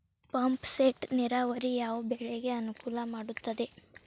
Pump set ನೇರಾವರಿ ಯಾವ್ ಬೆಳೆಗೆ ಅನುಕೂಲ ಮಾಡುತ್ತದೆ?